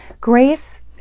Grace